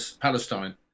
Palestine